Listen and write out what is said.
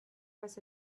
was